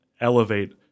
elevate